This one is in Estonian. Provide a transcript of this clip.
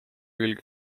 külge